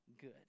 good